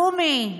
קומי.